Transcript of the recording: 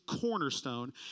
cornerstone